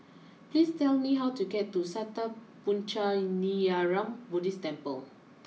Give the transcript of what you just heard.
please tell me how to get to Sattha Puchaniyaram Buddhist Temple